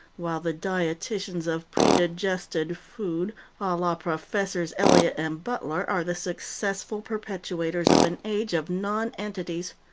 while the dietitians of predigested food, a la professors eliot and butler, are the successful perpetuators of an age of nonentities,